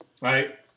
right